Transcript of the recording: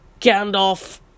Gandalf